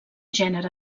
gènere